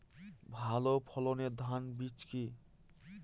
ভালো ফলনের ধান বীজ কি?